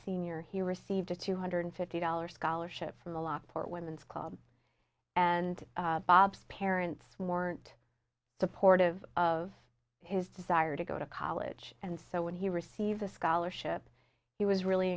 senior he received a two hundred fifty dollars scholarship from the lockport women's club and bob's parents weren't supportive of his desire to go to college and so when he received a scholarship he was really